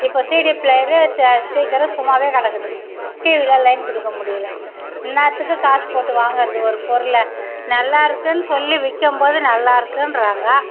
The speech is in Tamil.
இப்போ சிடி பிளேயரு சே ஸ்பீக்கரு சும்மாவே கிடக்குது டிவியில லைன் கொடுக்க முடியிலை இன்னாத்துக்கு காசு போட்டு வாங்கறது ஒரு பொருளை நல்லா இருக்குன்னு சொல்லி விற்கம்போது நல்லாயிருக்குன்றாங்க